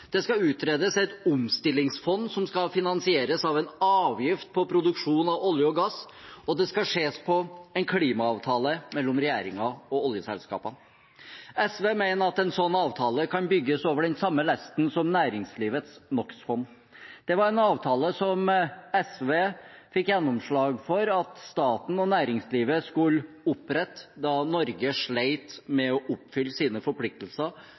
Det skal utredes et omstillingsfond som skal finansieres av en avgift på produksjon av olje og gass, og det skal ses på en klimaavtale mellom regjeringen og oljeselskapene. SV mener at en sånn avtale kan bygges over den samme lesten som næringslivets NO X -fond. Det var en avtale SV fikk gjennomslag for at staten og næringslivet skulle opprette da Norge slet med å oppfylle sine forpliktelser